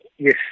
Yes